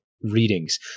Readings